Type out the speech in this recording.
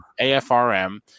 AFRM